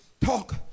talk